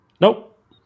Nope